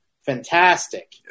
fantastic